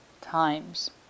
times